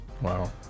wow